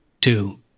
two